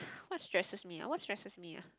what stresses me ah what stresses me ah